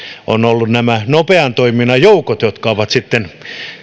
on ollut nämä nopean toiminnan joukot jotka ovat sitten